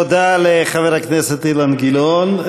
תודה לחבר הכנסת אילן גילאון.